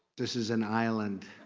this is an island